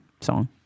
song